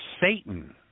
Satan